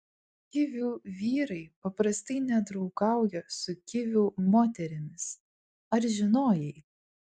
kivių vyrai paprastai nedraugauja su kivių moterimis ar žinojai